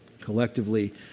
collectively